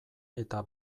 eta